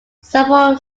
several